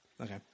Okay